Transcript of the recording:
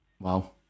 Wow